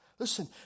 Listen